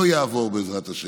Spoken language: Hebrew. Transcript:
לא יעבור, בעזרת השם,